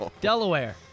Delaware